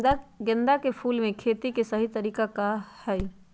गेंदा के फूल के खेती के सही तरीका का हाई?